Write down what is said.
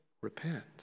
repent